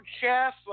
chef